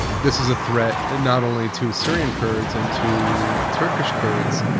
this is a threat, and not only to syrian kurds and to turkish kurds,